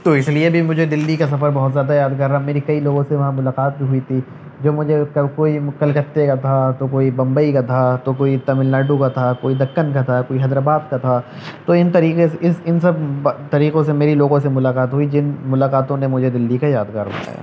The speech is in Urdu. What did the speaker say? تو اس لیے بھی مجھے دہلی کا سفر بہت زیادہ یادگار رہا میری کئی لوگوں سے وہاں ملاقات بھی ہوئی تھی جو مجھے کل کوئی کلکتے کا تھا تو کوئی ممبئی کا تھا تو کوئی تمل ناڈو کا تھا کوئی دکن کا تھا کوئی حیدر آباد کا تھا تو ان طریقے سے اس ان سب طریقوں سے میری لوگوں سے ملاقات ہوئی جن ملاقاتوں نے مجھے دہلی کا یادگار بنایا